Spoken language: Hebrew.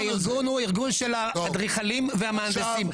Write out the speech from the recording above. הארגון הוא ארגון של האדריכלים והמהנדסים.